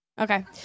Okay